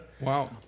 Wow